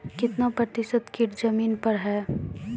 कितना प्रतिसत कीट जमीन पर हैं?